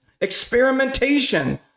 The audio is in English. experimentation